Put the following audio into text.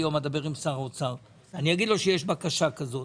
אני היום אדבר עם שר האוצר ואגיד לו שיש בקשה כזו.